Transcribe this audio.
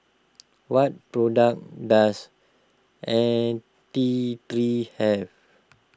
what products does N T three have